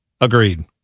agreed